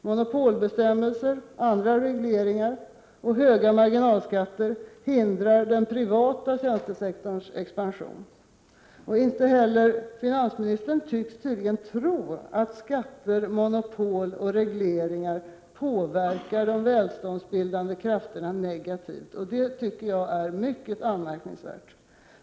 Monopolbestämmelser, andra regleringar och höga marginalskatter hindrar den privata tjänstesektorns expansion. Inte heller finansministern tycks tro att skatter, monopol och regleringar påverkar de välståndsbildande krafterna negativt, och det finner jag mycket anmärkningsvärt.